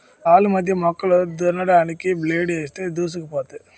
సాల్లు మధ్య మొక్కలు దున్నడానికి బ్లేడ్ ఏస్తే దుక్కైపోద్ది